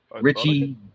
Richie